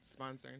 sponsoring